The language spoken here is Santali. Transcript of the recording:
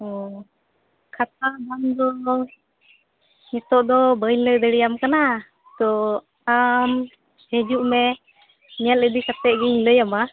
ᱚᱸᱻ ᱠᱷᱟᱛᱟ ᱫᱟᱢ ᱫᱚ ᱱᱤᱛᱚᱜ ᱫᱚ ᱵᱟᱹᱧ ᱞᱟᱹᱭ ᱫᱟᱲᱮᱭᱟᱢ ᱠᱟᱱᱟ ᱛᱚ ᱟᱢ ᱦᱤᱡᱩᱜ ᱢᱮ ᱧᱮᱞ ᱤᱫᱤ ᱠᱟᱛᱮ ᱜᱮᱧ ᱞᱟᱹᱭᱟᱢᱟ